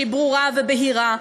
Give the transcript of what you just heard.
שהיא ברורה ובהירה,